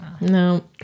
No